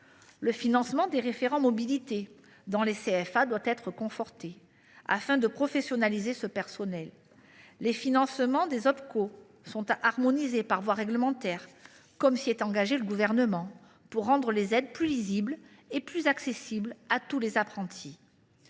le financement des référents mobilité dans les CFA doit être conforté afin de professionnaliser le personnel. Il faut harmoniser les financements des Opco par voie réglementaire, comme s’y est engagé le Gouvernement, pour rendre les aides plus lisibles et plus accessibles à tous les apprentis.